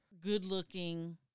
good-looking